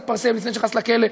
התפרסם לפני שנכנס לכלא,